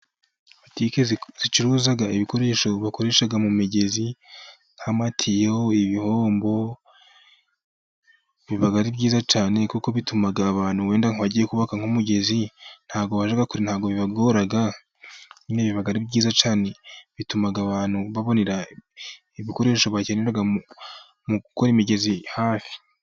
Butike ziciruza ibikoresho bakoresha mu migezi nta matiyo, ibihombo biba ari byiza cyane kuko bituma abantu wenda ngo bagiye kubaka nk'umugezi, ntabwo bibagora biba nyine biba ari byiza cyane, bituma abantu babonera ibikoresho bakenera mu gukora imigezi hafi.